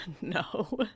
No